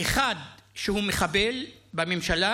אחד שהוא מחבל בממשלה,